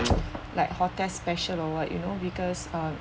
like hotel's special award you know because uh